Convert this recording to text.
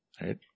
Right